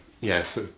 yes